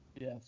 Yes